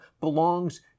belongs